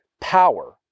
power